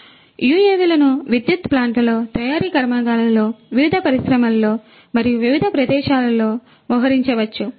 కాబట్టి యుఎవిలను విద్యుత్ ప్లాంట్లలో తయారీ కర్మాగారాలలో వివిధ పరిశ్రమలలో మరియు వివిధ ప్రదేశాలలో మోహరించవచ్చు